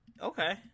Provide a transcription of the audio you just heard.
Okay